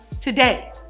today